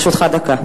לרשותך דקה.